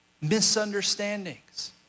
misunderstandings